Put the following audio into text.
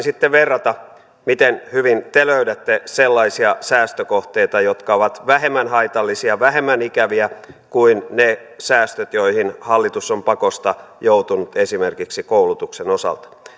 sitten verrata miten hyvin te löydätte sellaisia säästökohteita jotka ovat vähemmän haitallisia vähemmän ikäviä kuin ne säästöt joihin hallitus on pakosta joutunut esimerkiksi koulutuksen osalta